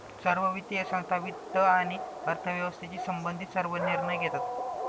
सर्व वित्तीय संस्था वित्त आणि अर्थव्यवस्थेशी संबंधित सर्व निर्णय घेतात